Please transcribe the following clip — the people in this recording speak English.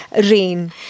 Rain